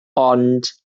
ond